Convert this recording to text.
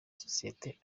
sosiyete